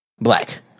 Black